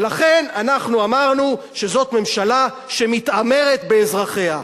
ולכן אנחנו אמרנו שזאת ממשלה שמתעמרת באזרחיה.